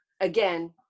again